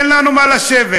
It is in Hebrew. אין לנו מה לשבת.